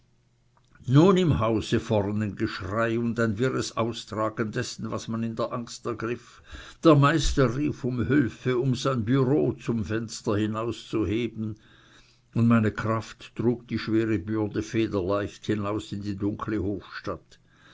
nun im hause vornen geschrei und ein wirres austragen dessen was man in der angst ergriff der meister rief um hülfe um sein bureau zum fenster hinauszuheben und meine kraft trug die schwere bürde federleicht hinaus in die dunkle hofstatt